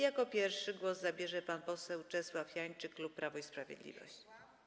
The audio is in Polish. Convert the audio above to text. Jako pierwszy głos zabierze pan poseł Czesław Janczyk, klub Prawo i Sprawiedliwość.